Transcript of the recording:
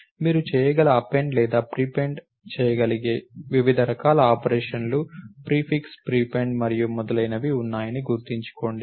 మీరు చేయగల అపెండ్ లేదా ప్రీపెండ్ చేయగలిగే వివిధ రకాల ఆపరేషన్లు ప్రిఫిక్స్ ప్రీపెండ్ మరియు మొదలైనవి ఉన్నాయని గుర్తుంచుకోండి